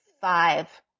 five